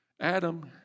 Adam